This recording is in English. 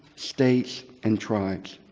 states, and tribes.